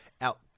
out